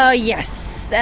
ah yes.